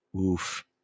Oof